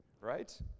right